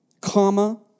comma